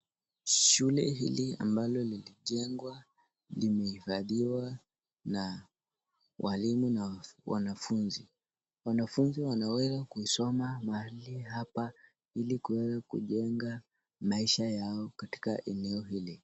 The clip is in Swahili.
Shule hili ambalo lilijengwa limehifadhiwa na walimu na wanafunzi, wanafunzi wanaweza kusoma mahali hapa ili kujenga maisha yao katika eneo hili.